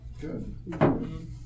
good